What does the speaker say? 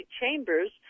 chambers